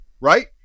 right